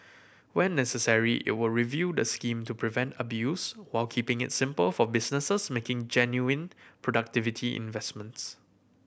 where necessary it will review the scheme to prevent abuse while keeping it simple for businesses making genuine productivity investments